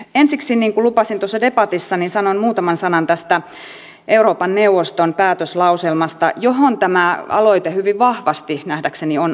ensiksi niin kuin lupasin tuossa debatissa sanon muutaman sanan tästä euroopan neuvoston päätöslauselmasta johon tämä aloite hyvin vahvasti nähdäkseni on ankkuroitu